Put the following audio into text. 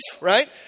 right